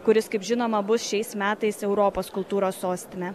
kuris kaip žinoma bus šiais metais europos kultūros sostinė